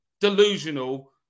delusional